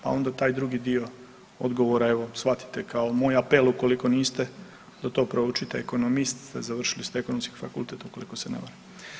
Pa onda taj drugi dio odgovora evo shvatite kao moj apel ukoliko niste, da to proučite, ekonomist ste završili ste Ekonomski fakultet ukoliko se ne varam.